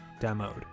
demoed